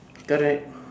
correct